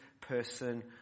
person